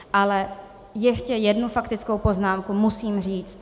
Ale ještě jednu faktickou poznámku musím říct.